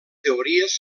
teories